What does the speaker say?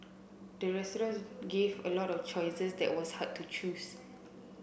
the restaurant gave a lot of choices that was hard to choose